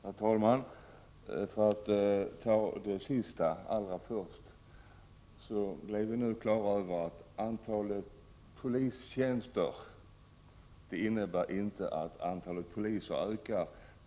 Herr talman! För att ta det sista först: Vi fick nu klart för oss att en ökning av antalet polistjänster inte innebär att antalet poliser ökar.